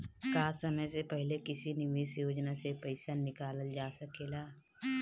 का समय से पहले किसी निवेश योजना से र्पइसा निकालल जा सकेला?